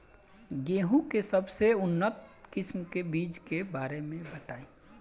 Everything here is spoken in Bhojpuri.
गेहूँ के सबसे उन्नत किस्म के बिज के बारे में बताई?